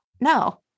No